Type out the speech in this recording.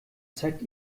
zeigt